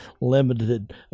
limited